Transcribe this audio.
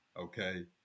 okay